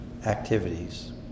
activities